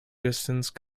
distance